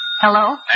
Hello